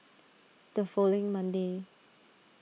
the following Monday